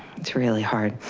it's really hard.